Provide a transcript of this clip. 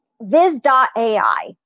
Viz.ai